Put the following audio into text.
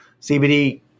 CBD